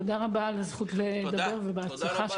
תודה רבה על הזכות לדבר ובהצלחה.